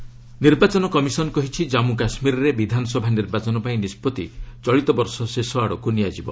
JK polls ନିର୍ବାଚନ commission କହିଛି କଜ୍ମୁ କାଶ୍ମୀରରେ ବିଧାନସଭା ନିର୍ବାଚନ ପାଇଁ ନିଷ୍ପତ୍ତି ଚଳିତ ବର୍ଷ ଶେଷଆଡ଼କୁ ନିଆଯିବ